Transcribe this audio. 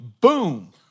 boom